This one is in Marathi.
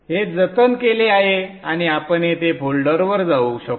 हे जतन केले आहे आणि आपण येथे फोल्डरवर जाऊ शकतो